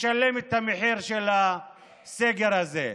משלם את המחיר של הסגר הזה.